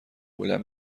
بلند